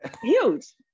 Huge